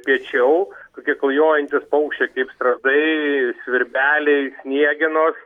piečiau kokie klajojantys paukščiai kaip strazdai svirbeliai sniegenos